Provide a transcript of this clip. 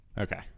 Okay